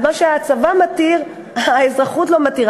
אז מה שהצבא מתיר האזרחות לא מתירה,